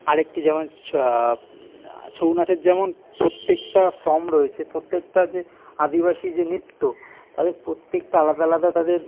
আর একটি যেমন ছৌ ছৌ নাচের যেমন প্রত্যেকটা ফর্ম রয়েছে প্রত্যেকটা যে আদিবাসী যে নৃত্য তাদের প্রত্যেকটা আলাদা আলাদা তাদের